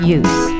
use